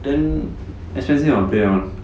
then expensive or not play one round